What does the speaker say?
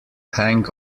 hang